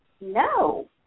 No